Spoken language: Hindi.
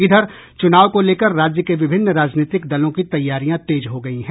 इधर चुनाव को लेकर राज्य के विभिन्न राजनीतिक दलों की तैयारियां तेज हो गयी है